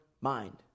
mind